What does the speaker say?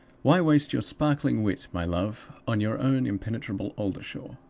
why waste your sparkling wit, my love, on your own impenetrable oldershaw?